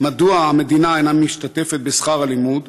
4. מדוע המדינה אינה משתתפת בשכר הלימוד?